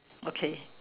okay